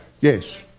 yes